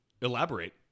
Elaborate